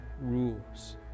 rules